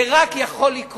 זה יכול לקרות